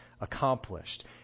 accomplished